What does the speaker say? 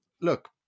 look